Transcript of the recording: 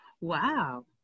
Wow